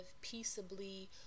peaceably